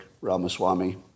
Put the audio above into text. Ramaswamy